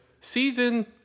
season